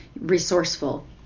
resourceful